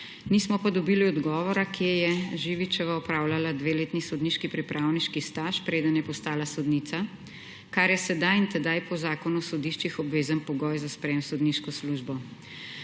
nismo pa dobili odgovora, kje je Živičeva opravljala dveletni sodniški pripravniški staž, preden je postala sodnica, kar je sedaj in tedaj po Zakonu o sodiščih obvezen pogoj za sprejem v sodniško službo.